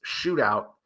shootout